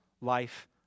life